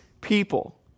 people